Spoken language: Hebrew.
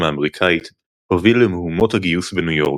האמריקנית הוביל למהומות הגיוס בניו יורק,